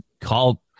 call